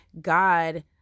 God